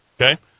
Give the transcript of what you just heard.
okay